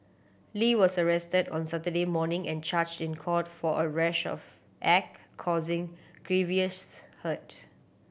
Lee was arrested on Saturday morning and charged in court for a rash of act causing grievous hurt